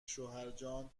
شوهرجان